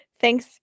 thanks